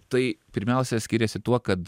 tai pirmiausia skiriasi tuo kad